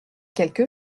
quelque